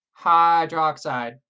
hydroxide